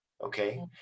Okay